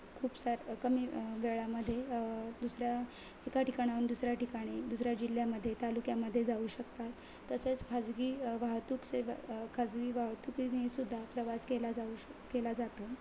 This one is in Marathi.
खूप सार कमी वेळामध्ये दुसऱ्या एका ठिकाणाहून दुसऱ्या ठिकाणी दुसऱ्या जिल्ह्यामध्ये तालुक्यामध्ये जाऊ शकतात तसेच खाजगी वाहतूक सेवा खाजगी वाहतुकीने सुद्धा प्रवास केला जाऊ श केला जातो